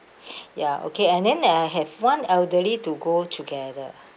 ya okay and then I have one elderly to go together